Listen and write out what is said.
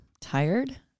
Tired